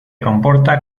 comporta